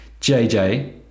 jj